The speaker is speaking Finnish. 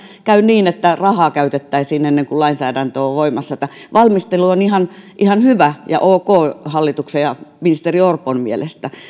käy niin että rahaa käytetään ennen kuin lainsäädäntö on voimassa että valmistelu on ihan ihan hyvä ja ok hallituksen ja ministeri orpon mielestä